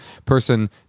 person